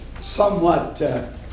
somewhat